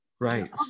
right